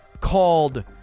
called